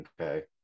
okay